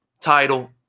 title